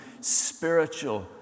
spiritual